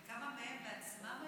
וכמה מהם היו